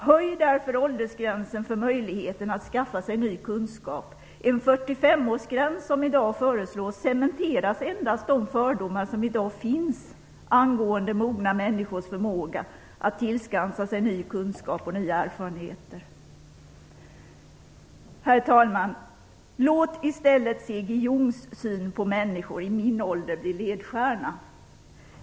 Höj därför åldersgränsen för möjligheten att skaffa sig ny kunskap. En 45-årsgräns som i dag föreslås cementerar endast de fördomar som i dag finns om mogna människors förmåga att tillskansa sig ny kunskap och nya erfarenheter. Herr talman! Låt i stället C.G. Jungs syn på människor i min ålder bli ledstjärna.